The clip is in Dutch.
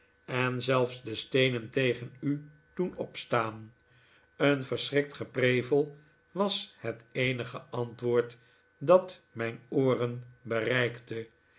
en zelfs de steenen tegen u doen opstaan een verschrikt geprevel was het eenige antwoord dat mijn ooren bereikte